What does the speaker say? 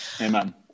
Amen